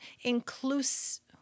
inclusive